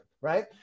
right